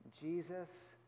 Jesus